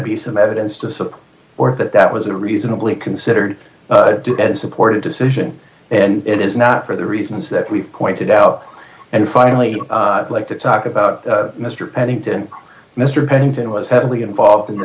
be some evidence to support or that that was a reasonably considered as supported decision and it is not for the reasons that we've pointed out and finally i'd like to talk about mister pennington mister penton was heavily involved in the